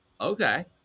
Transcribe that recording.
okay